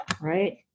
right